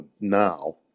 now